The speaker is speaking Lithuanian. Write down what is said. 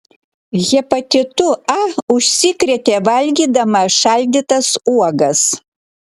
hepatitu a užsikrėtė valgydama šaldytas uogas